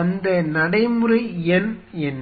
அந்த நடைமுறை எண் என்ன